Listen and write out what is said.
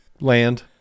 land